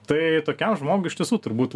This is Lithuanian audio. tai tokiam žmogui iš tiesų turbūt